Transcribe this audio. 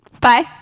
Bye